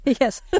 Yes